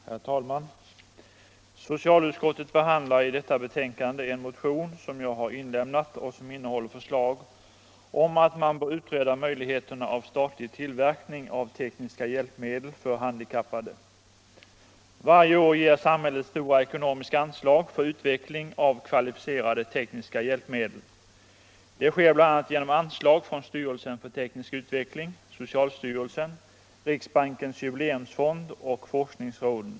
Herr talman! Socialutskottet behandlar i detta betänkande bl.a. en motion som jag har inlämnat och som innehåller förslag om att man skall utreda möjligheterna till statlig tillverkning av tekniska hjälpmedel för handikappade. Varje år ger samhället stora ekonomiska anslag för utveckling av kvalificerade tekniska hjälpmedel. Det sker bl.a. genom anslag från styrelsen för teknisk utveckling, socialstyrelsen, riksbankens jubileumsfond och forskningsråden.